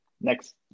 next